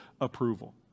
approval